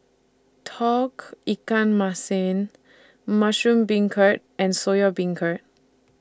Tauge Ikan Masin Mushroom Beancurd and Soya Beancurd